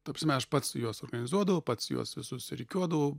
ta prasme aš pats juos organizuodavau pats juos visus rikiuodavau